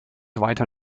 weiter